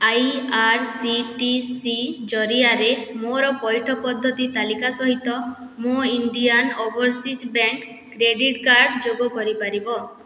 I R C T C ଜରିଆରେ ମୋର ପଇଠ ପଦ୍ଧତି ତାଲିକା ସହିତ ମୋ Indian overseas bank credit card ଯୋଗ କରିପାରିବ